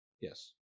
yes